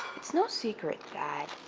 it's no secret that